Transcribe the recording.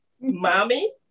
mommy